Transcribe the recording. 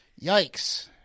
Yikes